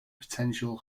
potential